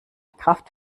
kraft